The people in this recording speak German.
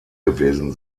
gewesen